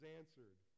answered